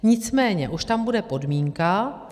Nicméně už tam bude podmínka.